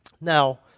Now